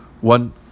One